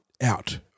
out